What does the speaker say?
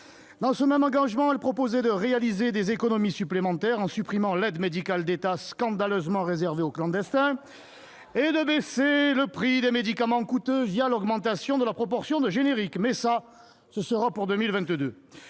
Dans ce même engagement, Marine Le Pen proposait de réaliser des économies supplémentaires en supprimant l'aide médicale d'État (AME), scandaleusement réservée aux clandestins, et de baisser le prix des médicaments coûteux l'augmentation de la proportion de génériques. Mais ça, ce sera pour 2022